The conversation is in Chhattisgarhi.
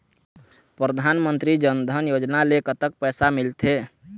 परधानमंतरी जन धन योजना ले कतक पैसा मिल थे?